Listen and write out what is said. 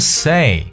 say